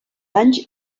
anys